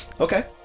Okay